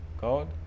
God